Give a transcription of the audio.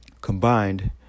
Combined